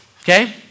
Okay